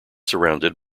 surrounded